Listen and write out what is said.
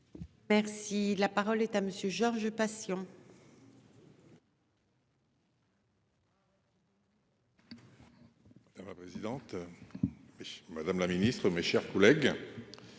Merci la parole est à monsieur Georges Patient. Ça va présidente. Madame la Ministre, mes chers collègues.